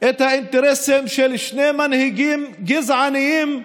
את האינטרסים של שני מנהיגים גזענים,